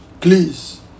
Please